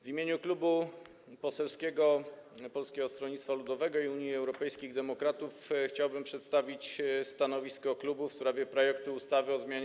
W imieniu Klubu Poselskiego Polskiego Stronnictwa Ludowego - Unii Europejskich Demokratów chciałbym przedstawić stanowisko klubu w sprawie projektu ustawy o zmianie